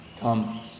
come